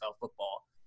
football